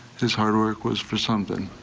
his hard work was for something.